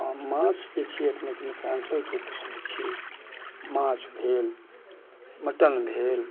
हँ माछ जे छै अपनेके मिथिलाञ्चलके प्रसिद्ध छै माछ भेल मटन भेल